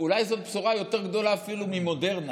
אולי זו בשורה יותר גדולה אפילו ממודרנה,